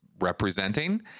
representing